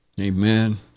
Amen